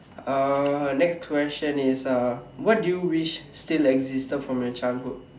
uh next question is uh what do you wish still existed from your childhood